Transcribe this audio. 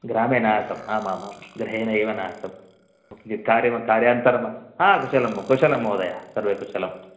ग्रामे न आसम् आमाम् आं गृहे एव नासं किञ्चित् कार्यं कार्यान्तरं कुशलं कुशलं महोदय सर्वे कुशलं